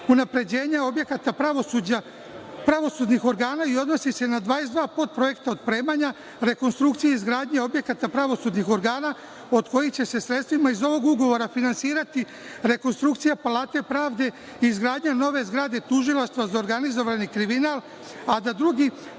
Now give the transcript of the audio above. unapređenja, objekata pravosudnih organa i odnosi se na 22 podprojekta otpremanja rekonstrukcije izgradnje objekata pravosudnih organa, od kojih će se sredstvima iz ovog ugovora finansirati rekonstrukcija Palate pravde i izgradnja nove zgrade Tužilaštva za organizovani kriminal, a da drugi